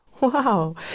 Wow